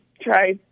try